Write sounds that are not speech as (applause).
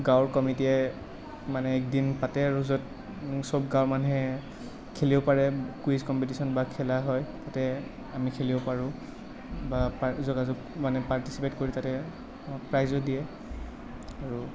গাঁৱৰ কমিটিয়ে মানে একদিন পাতে আৰু য'ত চব গাঁৱৰ মানুহে খেলিব পাৰে কুইজ কম্পিটিছন বা খেলা হয় তাতে আমি খেলিব পাৰোঁ বা (unintelligible) যোগাযোগ পাৰ্টিচিপেট কৰি তাতে প্ৰাইজো দিয়ে আৰু